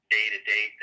day-to-day